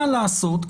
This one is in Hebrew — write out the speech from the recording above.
מה לעשות,